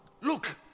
Look